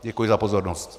Děkuji za pozornost.